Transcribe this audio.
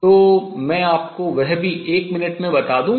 तो मैं आपको वह भी एक मिनट में बता दूं